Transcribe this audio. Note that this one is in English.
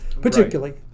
particularly